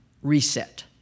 reset